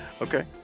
Okay